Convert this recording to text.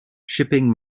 shipping